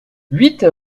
huit